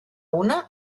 una